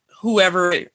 whoever